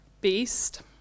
beast